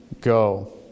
go